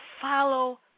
follow